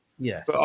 Yes